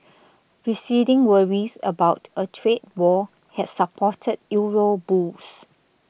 receding worries about a trade war had supported euro bulls